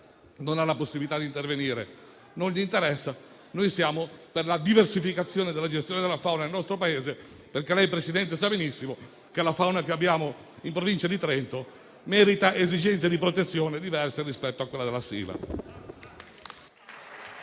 non ha la possibilità di intervenire non è interessato, ma noi siamo per la diversificazione della gestione della fauna nel nostro Paese perché, come lei, signor Presidente, sa benissimo, la fauna che abbiamo in Provincia di Trento merita esigenze di protezione diverse rispetto a quella della Sila.